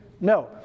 No